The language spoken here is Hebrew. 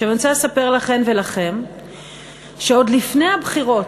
אני רוצה לספר לכן ולכם שעוד לפני הבחירות,